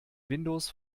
windows